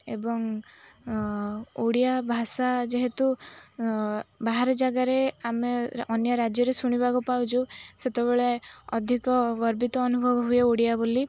ଏବଂ ଓଡ଼ିଆ ଭାଷା ଯେହେତୁ ବାହାରେ ଜାଗାରେ ଆମେ ଅନ୍ୟ ରାଜ୍ୟରେ ଶୁଣିବାକୁ ପାଉଚୁ ସେତେବେଳେ ଅଧିକ ଗର୍ବିତ ଅନୁଭବ ହୁଏ ଓଡ଼ିଆ ବୋଲି